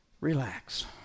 Relax